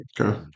Okay